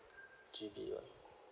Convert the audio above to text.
G_B